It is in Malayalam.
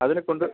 അതിനെക്കൊണ്ട്